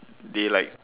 they like